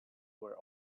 were